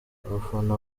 abafana